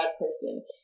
person